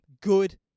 Good